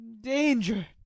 Danger